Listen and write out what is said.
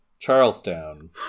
Charlestown